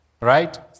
Right